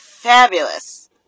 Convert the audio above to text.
fabulous